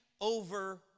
over